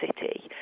city